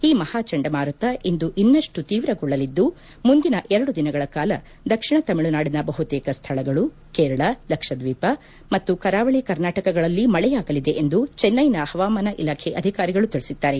ಈ ಮಹಾ ಚಂಡಮಾರುತ ಇಂದು ಇನ್ನಷ್ಟು ತೀವ್ರಗೊಳ್ಳಲಿದ್ದು ಮುಂದಿನ ಎರಡು ದಿನಗಳ ಕಾಲ ದಕ್ಷಿಣ ತಮಿಳು ನಾಡಿನ ಬಹುತೇಕ ಸ್ಥಳಗಳು ಕೇರಳ ಲಕ್ಷದ್ವೀಪ ಮತ್ತು ಕರಾವಳಿ ಕರ್ನಾಟಕಗಳಲ್ಲಿ ಮಳೆಯಾಗಲಿದೆ ಎಂದು ಚೆನ್ನೈನ ಹವಾಮಾನ ಇಲಾಖೆ ಅಧಿಕಾರಿಗಳು ತಿಳಿಸಿದ್ದಾರೆ